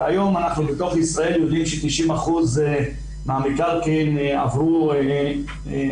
והיום אנחנו בתוך ישראל יודעים ש-90 אחוזים מהמקרקעין עברו הסדר.